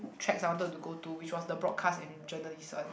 tracks I wanted to go to which was the broadcast and journalist one